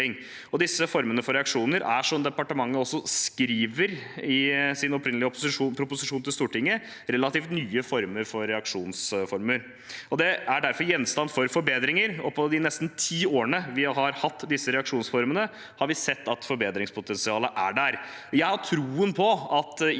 Disse formene for reaksjoner er, som departementet også skriver i sin opprinnelige proposisjon til Stortinget, relativt nye reaksjonsformer og er derfor gjenstand for forbedringer. På de nesten ti årene vi har hatt disse reaksjonsformene, har vi sett at forbedringspotensialet er der. Jeg har tro på at